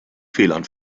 fehlern